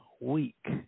week